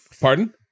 Pardon